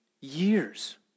years